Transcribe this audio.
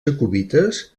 jacobites